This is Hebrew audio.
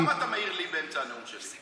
אז למה אתה מעיר לי באמצע הנאום שלי?